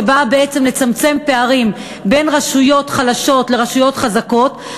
שבאה בעצם לצמצם פערים בין רשויות חלשות לרשויות חזקות,